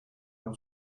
how